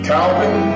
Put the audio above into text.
Calvin